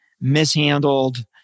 mishandled